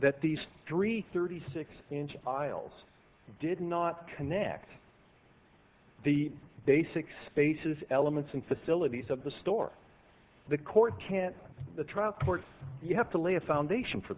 that these three thirty six inch aisles did not connect the basic spaces elements and facilities of the store the court can't the trial court you have to lay a foundation for